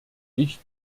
ich